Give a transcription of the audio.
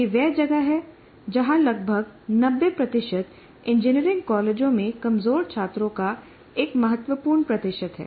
यह वह जगह है जहां लगभग 90 इंजीनियरिंग कॉलेजों में कमजोर छात्रों का एक महत्वपूर्ण प्रतिशत है